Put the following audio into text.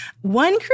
one